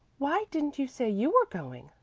why didn't you say you were going?